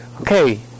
Okay